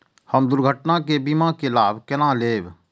हम दुर्घटना के बीमा के लाभ केना लैब?